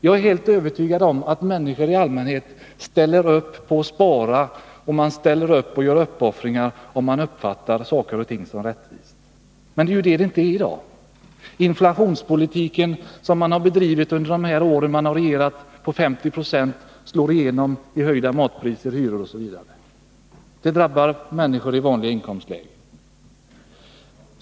Jag är helt övertygad om att människor i allmänhet ställer upp på att spara och göra uppoffringar, om de uppfattar saker och ting som rättvisa. Men så är det inte i dag. Den politik som de borgerliga har bedrivit under de år de har regerat, med en inflation på 50 26 som slår igenom i höjningar av matpriser, hyror osv., drabbar människor i vanliga inkomstlägen.